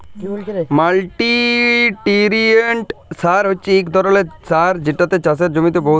মাল্টিলিউটিরিয়েল্ট সার হছে ইক ধরলের সার যেটতে চাষের জমিতে বহুত ধরলের পুষ্টি পায়